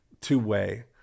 two-way